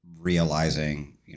realizing